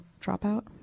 Dropout